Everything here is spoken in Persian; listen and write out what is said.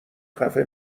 خفه